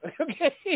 okay